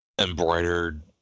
embroidered